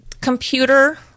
Computer